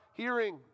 Hearing